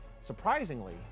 Surprisingly